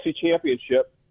Championship